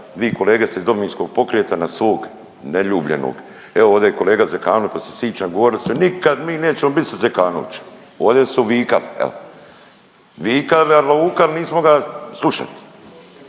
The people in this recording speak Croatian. vi kolege ste iz Domovinskog pokreta na svog neljubljenog, evo ovdje je kolega Zekanović pa se sićam govorili ste nikad mi nećemo biti sa Zekanovićem, ovde su vikali evo, vikali al lukali mi smo ga slušali.